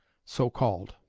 so called,